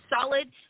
solid